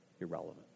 Irrelevant